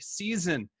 season